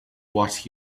what